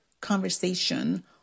conversation